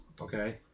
Okay